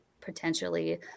potentially